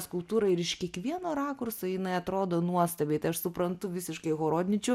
skulptūrą ir iš kiekvieno rakurso jinai atrodo nuostabiai tai aš suprantu visiškai horodničių